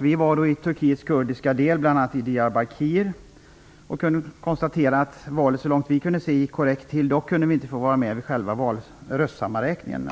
Vi var i Turkiets kurdiska del, bl.a. i Diyarbakir, och kunde konstatera att valet så långt vi kunde se gick korrekt till. Dock kunde vi inte vara med vid själva röstsammanräkningen.